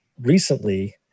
recently